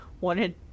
wanted